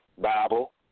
Bible